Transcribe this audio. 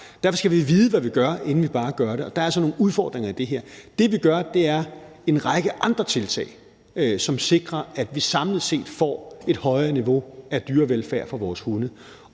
Derfor skal vi vide, hvad vi gør, inden vi bare gør det, og der er altså nogle udfordringer i det her. Det, vi gør, er, at vi tager en række andre tiltag, som sikrer, at vi samlet set får et højere niveau af dyrevelfærd for vores hunde,